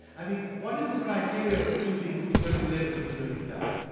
i mean, what is the criteria for choosing who's going to live and who's going to die?